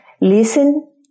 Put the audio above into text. Listen